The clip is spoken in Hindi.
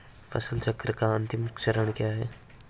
फसल चक्र का अंतिम चरण क्या है?